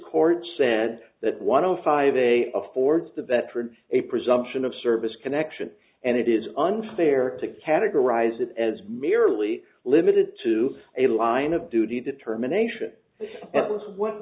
court said that one hundred five a affords the betfred a presumption of service connection and it is unfair to categorize it as merely limited to a line of duty determination that was wh